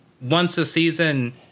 once-a-season